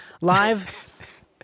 live